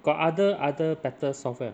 got other other better software or not